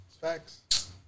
Facts